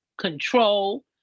control